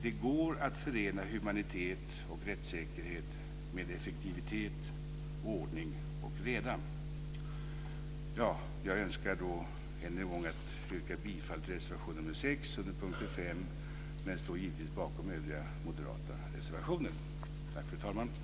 Det går att förena humanitet och rättssäkerhet med effektivitet, ordning och reda. Jag vill alltså än en gång yrka bifall till reservation 6 under punkt 5 och står givetvis även bakom övriga moderata reservationer.